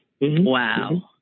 Wow